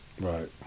right